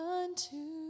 unto